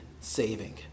saving